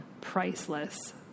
priceless